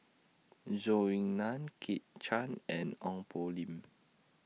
Zhou Ying NAN Kit Chan and Ong Poh Lim